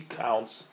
counts